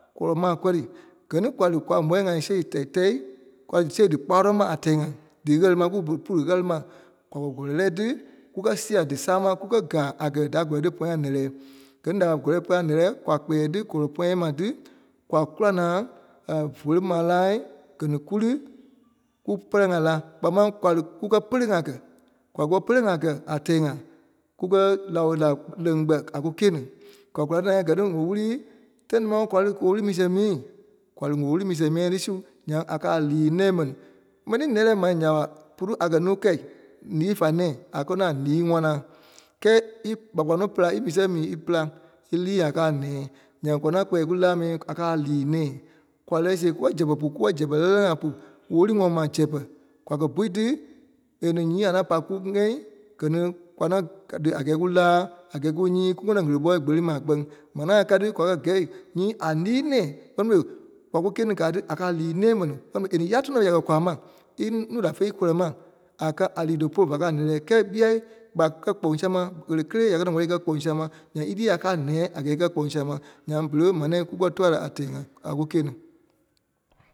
kɔlɔ maa kɔri. Gɛ-ní kwa li kwa ɓɔ̂i-ŋai see tɛ-tɛ̂i kwa dí see díkpulo ma a tɛɛ-ŋai dí ɣɛli maa pu- pu dí ɣɛli ma. Kwa kɛ́ kɔlɔi lɛ tí, kúkɛ sia dísama ma kúkɛ káa a kɛ̀ da kɔlɔi tí pɔyɛ a nɛ̀lɛɛ. Gɛ-ní da kɛ́ kɔlɔi pɔyɛ a nɛ̀lɛɛ, kwa kpɛɛ tí kɔlɔi pɔ̃yɛ maa tí, kwa kula naa fólo maa láa kɛ́ ní kú li kù pɛrɛ-ŋai la. Kpáa maŋ kwa li kúkɛ pɛ́lɛ kaa kɛ́. Kwa pɔri pɛlɛ kaa kɛ́ a tɛɛ-ŋai. Kùkɛ nao-láa liŋ-kpɛ a kù gîe-ní. Kwa kula tí naa gɛ-ní ɣele-wuli, tâi támaa kwa li ɣele-wuli mii sɛŋ mii. Kwa li ɣele-wuli miiŋ sɛŋ tí su, nyaŋ a kɛ a lii-nɛ̃ɛ mɛni. M̀ɛnii nɛ̀lɛɛ ma nya ɓa púlu a kɛ́ nuu kɛi, lii fa nɛ̃ɛ a kɛ́ nɔ́ a lii-ŋwana. Kɛ́ɛ í- ɓa pa nɔ́ í mii sɛŋ mii ípela ílii a kɛ́ a nɛ̃ɛ. Nyaŋ kwa naa kpɛ́ɛ kù laa mii a kɛ́ a lii-nɛ̃ɛ. Kwa lɛɛ sɛɣɛ kùkɛ zɛpɛ pu, kukɛ zɛpɛ lɛ̂lɛ-lɛlɛɛ ŋai pu. Ɣele-wulii ŋɔŋ ma zɛpɛ. Kwa kɛ bui tí a nɛ nyîi a na pa kuŋɛ́i gɛ-ní kwa na kɛ̀ tí a kɛ́ɛ ku láa a kɛɛ ku nyîi ku ŋɔnɔ ɣele-ɓɔɔ kpeli maa gbeŋ. Mɛni-ŋai kaa ti kwa kɛ́ nyii a lii-nɛ̃ɛ kpɛ́ni fêi kwa ku gîe-ní káa tí a kɛ́ a lii-nɛ̃ɛi mɛni é ní ya tɔnɔ ya kɛ kwa ínuu da fe íkɔlɔ-ma a kɛ́ a lii-tóo pere fa kɛ́ a nɛ̂lɛɛ. Kɛ́ɛ bɛyaa kpa kɛ́ kpɔŋ sama ɣele kélee ya kɛ́ nɔ́ wɛli e kɛ́ kpɔŋ sama nyaŋ ílii a kɛ nɔ́ a nɛ̃ɛ a kɛ́ɛ e kɛ́ kpɔŋ sama ma nyaŋ berei ɓe maa nɛ̃ɛ kùkɛ tua-la a tɛɛ-ŋai. A kù gîe-ní.